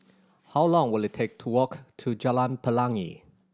how long will it take to walk to Jalan Pelangi